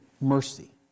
mercy